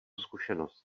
zkušenost